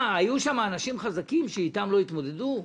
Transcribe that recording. מה, היו שם אנשים חזקים שלא התמודדו אתם?